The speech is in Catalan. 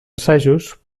assajos